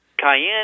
cayenne